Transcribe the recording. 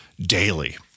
daily